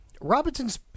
Robinson's –